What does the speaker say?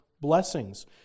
blessings